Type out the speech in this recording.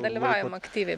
dalyvaujam aktyviai